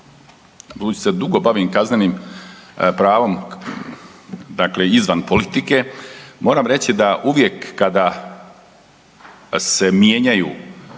Budući se dugo bavim kaznenim pravom, dakle izvan politike, moram reći da uvijek kada se mijenjaju